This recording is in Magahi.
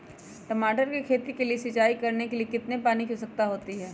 टमाटर की खेती के लिए सिंचाई करने के लिए कितने पानी की आवश्यकता होती है?